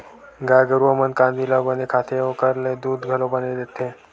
गाय गरूवा मन कांदी ल बने खाथे अउ ओखर ले दूद घलो बने देथे